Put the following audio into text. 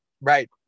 Right